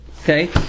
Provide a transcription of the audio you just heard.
Okay